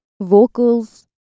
vocals